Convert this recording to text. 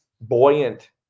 buoyant